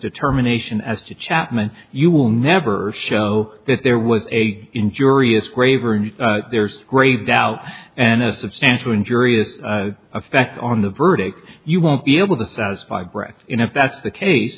determination as to chapman you will never show that there was a injurious graver and there's grave doubt and a substantial injurious effect on the verdict you won't be able to satisfy brecht you know if that's the case